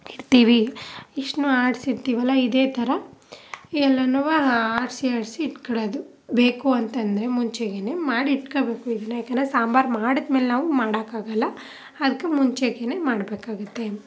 ಇಡ್ತೀವಿ ಇಷ್ಟನ್ನೂ ಆಡ್ಸಿ ಇಡ್ತೀವಲ್ಲ ಇದೇ ಥರ ಎಲ್ಲನೂ ಆಡಿಸಿ ಆಡಿಸಿ ಇಟ್ಕೊಳ್ಳೋದು ಬೇಕು ಅಂತ ಅಂದ್ರೆ ಮುಂಚೆಗೇನೇ ಮಾಡಿಟ್ಕೊಳ್ಬೇಕು ಇದನ್ನು ಏಕೆಂದ್ರೆ ಸಾಂಬಾರು ಮಾಡಿದ್ಮೇಲೆ ನಾವು ಮಾಡೋಕ್ಕಾಗಲ್ಲ ಅದ್ಕೆ ಮುಂಚೆಗೇನೆ ಮಾಡಬೇಕಾಗುತ್ತೆ